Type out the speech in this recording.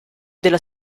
della